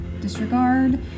disregard